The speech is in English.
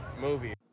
movie